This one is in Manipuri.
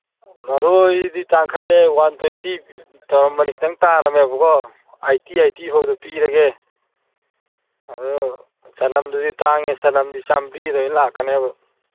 ꯃꯔꯣꯏꯗꯤ ꯇꯥꯡꯈꯠꯂꯦ ꯋꯥꯟ ꯇ꯭ꯋꯦꯟꯇꯤ ꯇꯧꯔꯝꯕꯅꯤ ꯈꯤꯇꯪ ꯇꯥꯔꯃꯦꯕꯀꯣ ꯑꯥꯏꯇꯤ ꯑꯥꯏꯇꯤ ꯐꯥꯎꯕꯗ ꯄꯤꯔꯒꯦ ꯑꯗꯨ ꯆꯅꯝꯗꯨꯗꯤ ꯇꯥꯡꯉꯦ ꯆꯅꯝꯗꯤ ꯆꯥꯝꯔꯤꯗ ꯑꯗꯨꯃꯥꯏꯅ ꯂꯥꯛꯀꯦꯅꯕ